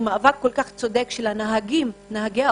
מאבק כל כך צודק של הנהגים הצפוניים של האוטובוסים,